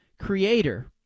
creator